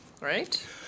Right